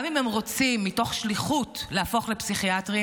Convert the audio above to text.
גם אם הם רוצים מתוך שליחות להפוך לפסיכיאטרים,